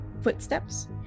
footsteps